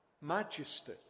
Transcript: majesty